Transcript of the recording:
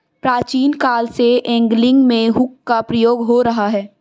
प्राचीन काल से एंगलिंग में हुक का प्रयोग हो रहा है